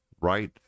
right